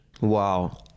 Wow